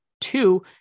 Two